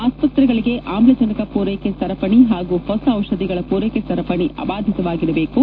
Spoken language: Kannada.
ಅಸ್ಪತ್ರೆಗಳಿಗೆ ಅಮ್ಲಜನಕ ಪೂರೈಕೆ ಸರಪಣಿ ಹಾಗೂ ಹೊಸ ಔಷಧಿಗಳ ಪೂರೈಕೆ ಸರಪಣಿ ಅಬಾಧಿತವಾಗಿರಬೇಕು